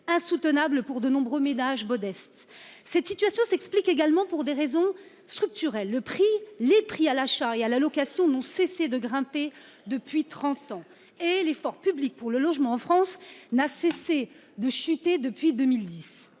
insoutenables pour de nombreux ménages modestes. La situation s'explique également par des raisons structurelles. Les prix à l'achat et à la location n'ont cessé de grimper depuis trente ans. Et l'effort public pour le logement en France n'a cessé de chuter depuis 2010.